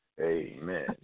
amen